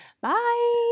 Bye